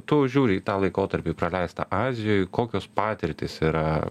tu žiūri į tą laikotarpį praleistą azijoj kokios patirtys yra